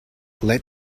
let